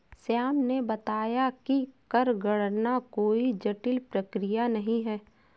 श्याम ने बताया कि कर गणना कोई जटिल प्रक्रिया नहीं है